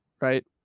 Right